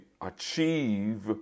achieve